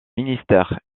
ministère